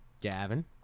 Gavin